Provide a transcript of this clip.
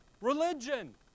Religion